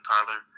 Tyler